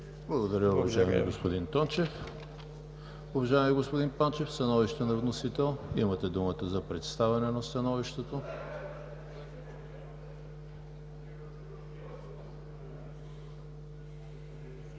Благодаря, уважаеми господин Тончев. Уважаеми господин Панчев, становище на вносител? Имате думата за представяне на становището.